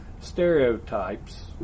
stereotypes